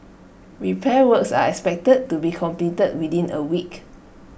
repair works are expected to be completed within A week